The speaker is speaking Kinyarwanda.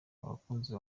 abakunzi